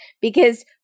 because-